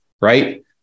right